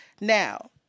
Now